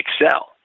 excel